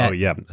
ah yeah.